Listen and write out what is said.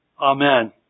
Amen